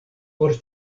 por